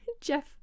Jeff